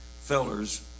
fellers